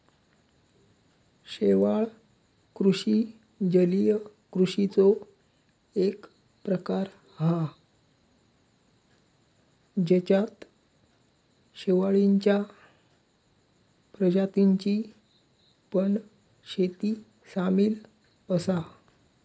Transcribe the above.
शेवाळ कृषि जलीय कृषिचो एक प्रकार हा जेच्यात शेवाळींच्या प्रजातींची पण शेती सामील असा